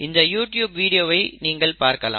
இந்த யூடியூப் வீடியோவை நீங்கள் பார்க்கலாம்